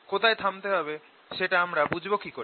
কোথায়ে থামতে হবে সেটা আমরা বুঝব কিকরে